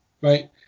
right